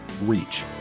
reach